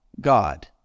God